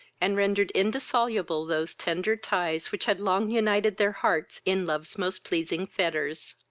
and rendered indissoluble those tender ties which had long united their hearts in love's most pleasing fetters.